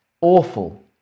awful